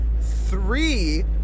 three